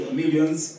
millions